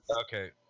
Okay